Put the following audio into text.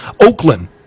Oakland